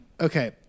okay